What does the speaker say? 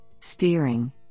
steering